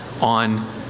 on